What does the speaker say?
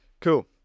cool